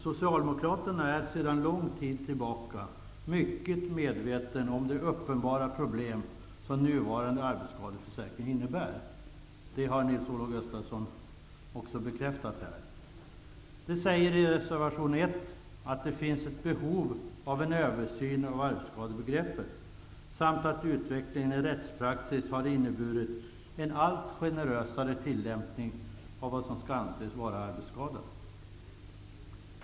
Socialdemokraterna är sedan lång tid tillbaka mycket medvetna om de uppenbara problem som nuvarande arbetsskadeförsäkring innebär. Det har Nils-Olof Gustafsson också bekräftat här. I reservation 1 säger socialdemokraterna att det finns ett behov av en översyn av arbetsskadebegreppet samt att utvecklingen i rättspraxis har inneburit en allt generösare tillämpning av vad som skall anses vara arbetsskada.